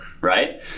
right